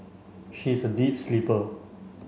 she is a deep sleeper